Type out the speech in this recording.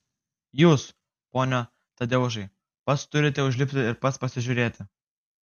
jūs pone tadeušai pats turite užlipti ir pats pasižiūrėti